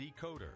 decoder